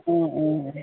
অঁ অঁ